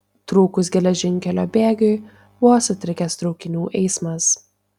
trūkus geležinkelio bėgiui buvo sutrikęs traukinių eismas